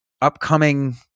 upcoming